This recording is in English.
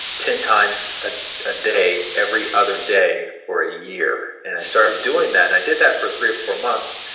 ten times a ah day, every other day for a year. and i started doing that, and i did that for three or four months.